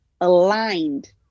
aligned